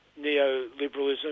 neoliberalism